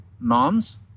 norms